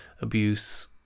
abuse